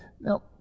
Now